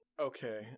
Okay